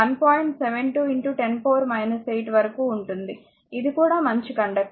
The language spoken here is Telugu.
72 10 8 వరకు ఉంటుంది ఇది కూడా మంచి కండక్టర్